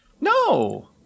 No